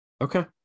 Okay